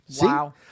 Wow